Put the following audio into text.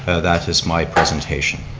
ah that is my presentation.